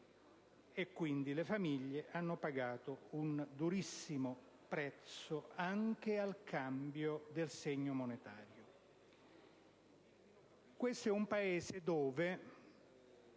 per cui le famiglie hanno pagato un durissimo prezzo anche al cambio del segno monetario. Questo è un Paese dove